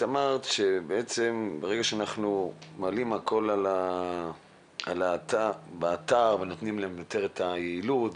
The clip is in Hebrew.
את אמרת שברגע שאנחנו מעלים הכול באתר ונותנים יתר יעילות,